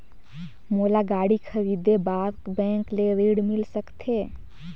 मोला गाड़ी खरीदे बार बैंक ले ऋण मिल सकथे?